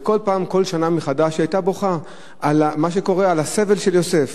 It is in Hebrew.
כל שנה מחדש היא היתה בוכה על הסבל של יוסף.